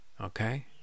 okay